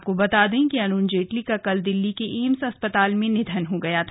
अँपको बता दें कि अरुण जेटली को कल दिल्ली के एम्स में निघन हो गया था